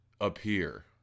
appear